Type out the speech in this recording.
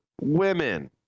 women